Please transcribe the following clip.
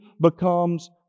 becomes